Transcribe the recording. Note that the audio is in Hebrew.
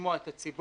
לשמוע את הציבור,